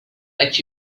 let